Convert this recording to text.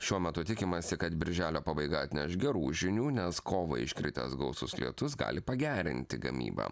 šiuo metu tikimasi kad birželio pabaiga atneš gerų žinių nes kovą iškritęs gausus lietus gali pagerinti gamybą